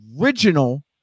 original